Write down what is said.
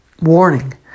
warning